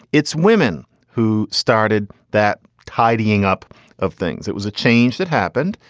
it's women who started that tidying up of things. it was a change that happened.